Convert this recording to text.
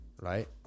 right